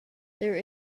there